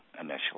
initially